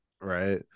right